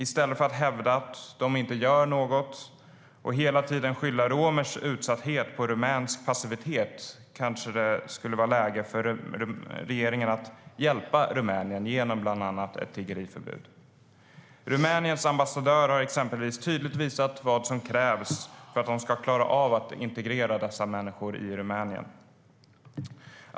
I stället för att hävda att de inte gör något och hela tiden skylla romers utsatthet på rumänsk passivitet skulle det kanske vara läge för regeringen att hjälpa Rumänien genom bland annat ett tiggeriförbud. Rumäniens ambassadör har exempelvis tydligt visat vad som krävs för att de ska klara av att integrera dessa människor i Rumänien.